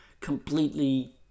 completely